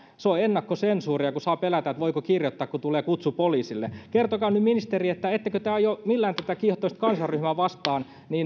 se on ennakkosensuuria kun saa pelätä voiko kirjoittaa kun sitten tulee kutsu poliisille kertokaa nyt ministeri ettekö te aio millään tätä kiihottamista kansanryhmää vastaan